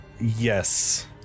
Yes